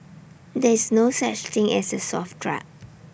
there is no such thing as A soft drug